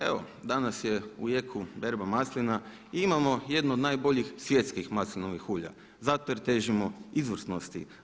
Evo danas je u jeku berba maslina i imamo jednu od najboljih svjetskih maslinovih ulja, zato jer težimo izvrsnosti.